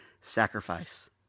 sacrifice